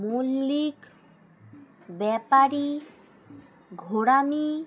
Mallick Bepari Gharami